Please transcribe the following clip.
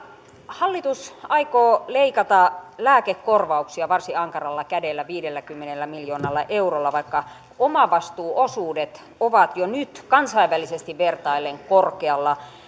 hallitus aikoo leikata lääkekorvauksia varsin ankaralla kädellä viidelläkymmenellä miljoonalla eurolla vaikka omavastuuosuudet ovat jo nyt kansainvälisesti vertaillen korkealla